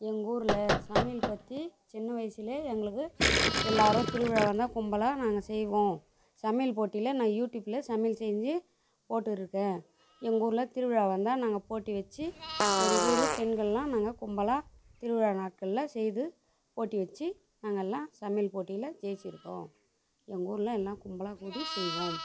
எங்கள் ஊரில் சமையல் பற்றி சின்ன வயதில் எங்களுக்கு எல்லோரும் திருவிழா வந்தால் கும்பலாக நாங்கள் செய்வோம் சமையல் போட்டியில் நான் யூடியூப்பில்சமையல் செஞ்சி போட்டுருக்கேன் எங்கள் ஊரில் திருவிழா வந்தால் நாங்கள் போட்டி வச்சி எங்கள் ஊரு பெண்கள்லாம் நாங்கள் கும்பலாக திருவிழா நாட்களில் செய்து போட்டி வச்சி நாங்கெல்லாம் சமையல் போட்டியில் ஜெயிச்சிருக்கோம் எங்கள் ஊரில் எல்லாம் கும்பலாக கூடி செய்வோம்